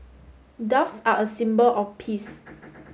doves are a symbol of peace